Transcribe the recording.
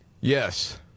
Yes